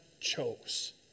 chose